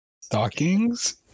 Stockings